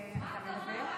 מה קרה?